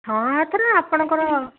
ହଁ ଏଥର ଆପଣଙ୍କର